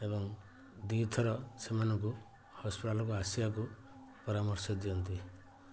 ଏବଂ ଦୁଇ ଥର ସେମାନଙ୍କୁ ହସ୍ପିଟାଲ୍କୁ ଆସିବାକୁ ପରାମର୍ଶ ଦିଅନ୍ତି